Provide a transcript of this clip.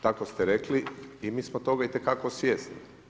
Tako ste rekli i mi smo toga itekako svjesni.